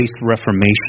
reformation